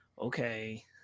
okay